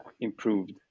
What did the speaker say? improved